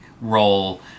role